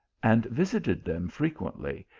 and visited them frequently,